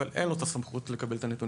אבל אין לו סמכות לקבל את הנתונים.